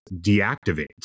deactivates